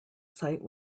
site